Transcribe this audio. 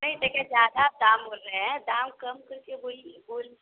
नहि देखे जादा दाम बोल रहे हैं दाम कम करके बोलिये